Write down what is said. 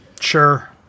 sure